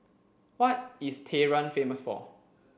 what is Tehran famous for